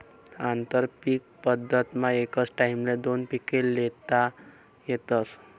आंतरपीक पद्धतमा एकच टाईमले दोन पिके ल्हेता येतस